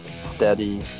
Steady